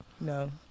No